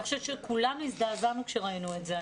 חושבת שכולנו הזדעזענו כשראינו את זה.